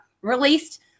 released